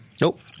nope